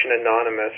anonymous